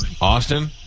Austin